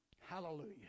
Hallelujah